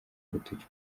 urutoki